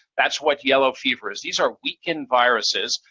that's what yellow fever is. these are weakened viruses.